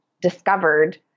discovered